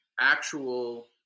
actual